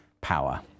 power